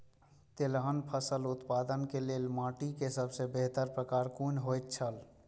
तेलहन फसल उत्पादन के लेल माटी के सबसे बेहतर प्रकार कुन होएत छल?